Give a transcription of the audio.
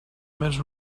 més